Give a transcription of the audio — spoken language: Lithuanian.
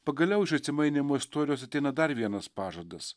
pagaliau iš atsimainymo istorijos ateina dar vienas pažadas